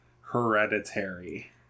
Hereditary